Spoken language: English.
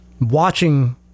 watching